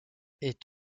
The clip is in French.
est